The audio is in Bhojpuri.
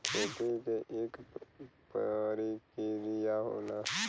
खेती के इक परिकिरिया होला